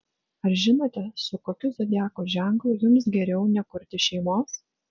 ar žinote su kokiu zodiako ženklu jums geriau nekurti šeimos